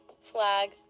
flag